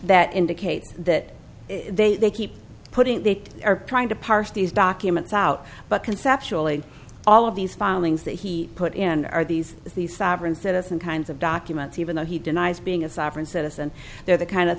that indicate that they they keep putting they are trying to parse these documents out but conceptually all of these filings that he put in are these is the sovereign citizen kinds of documents even though he denies being a sovereign citizen they're the kind of